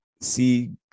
see